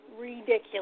ridiculous